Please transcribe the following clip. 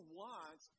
want